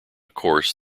course